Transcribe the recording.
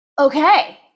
Okay